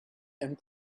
and